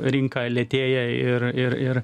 rinka lėtėja ir ir ir